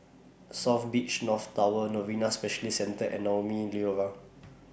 South Beach North Tower Novena Specialist Centre and Naumi Liora